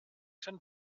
sant